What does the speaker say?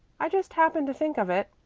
i just happened to think of it,